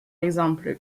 exemple